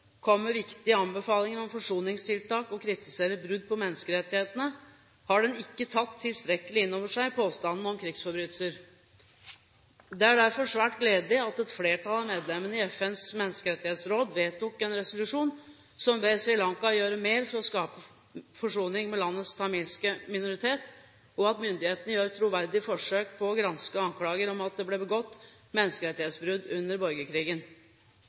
med viktige anbefalinger om forsoningstiltak og kritiserer brudd på menneskerettighetene, har den ikke tatt tilstrekkelig inn over seg påstander om krigsforbrytelser. Det er derfor svært gledelig at et flertall av medlemmene i FNs menneskerettighetsråd vedtok en resolusjon, som ber Sri Lanka gjøre mer for å skape forsoning med landets tamilske minoritet, og at myndighetene gjør troverdige forsøk på å granske anklager om at det ble begått menneskerettighetsbrudd under borgerkrigen.